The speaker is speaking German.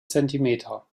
zentimeter